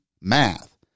math